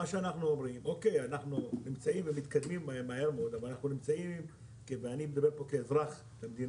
אנחנו מתקדמים מהר מאוד, ואני מדבר כאזרח במדינה,